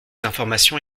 informations